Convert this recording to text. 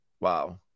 Wow